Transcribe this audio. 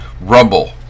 Rumble